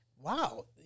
wow